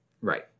Right